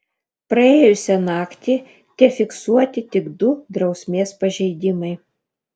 praėjusią naktį tefiksuoti tik du drausmės pažeidimai